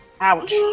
Ouch